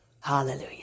hallelujah